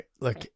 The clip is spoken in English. Look